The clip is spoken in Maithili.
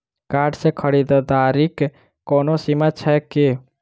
कार्ड सँ खरीददारीक कोनो सीमा छैक की?